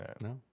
No